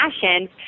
fashion